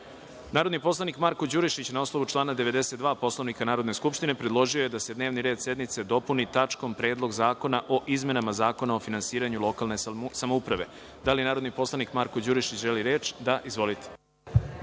predlog. Narodni poslanik Marko Đurišić, na osnovu člana 92. Poslovnika Narodne skupštine, predložio je da se dnevni red sednice dopuni tačkom – Predlog zakona o izmenama Zakona o finansiranju lokalne samouprave. Da li narodni poslanik Marko Đurišić želi reč? (Da)Izvolite.